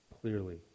clearly